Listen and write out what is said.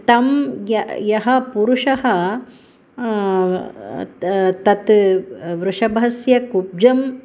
तं य यः पुरुषः त तत् वृषभस्य कुब्जम्